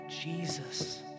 Jesus